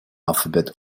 alphabet